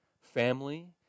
family